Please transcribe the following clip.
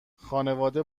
خانواده